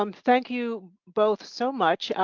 um thank you both so much.